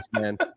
man